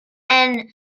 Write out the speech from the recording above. and